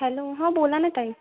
hello हां बोला ना ताई